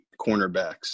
cornerbacks